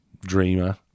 dreamer